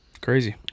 crazy